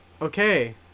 Okay